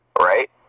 right